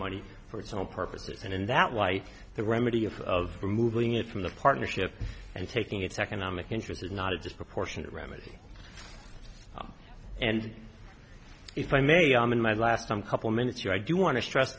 money for its own purposes and in that light the remedy of removing it from the partnership and taking its economic interest is not a disproportionate remedy and if i may i'm in my last some couple minutes here i do want to stress